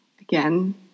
Again